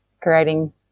creating